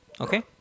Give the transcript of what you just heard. okay